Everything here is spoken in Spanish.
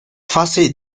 fase